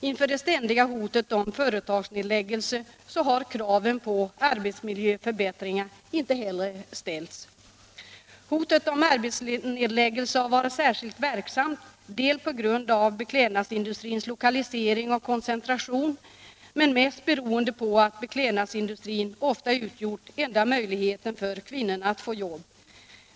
Inför det ständiga hotet om företagsnedläggelse har kraven på arbetsmiljöförbättringar inte heller ställts. Hotet om företagsnedläggelse har varit särskilt verksamt på grund av beklädnadsindustrins lokalisering och koncentration, men mest beroende på att beklädnadsindustrin ofta utgjort enda möjligheten för kvinnorna att få jobb.